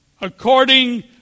According